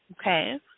okay